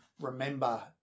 remember